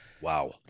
wow